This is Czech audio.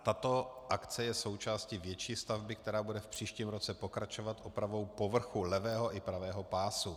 Tato akce je součástí větší stavby, která bude v příštím roce pokračovat opravou povrchu levého i pravého pásu.